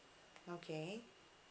okay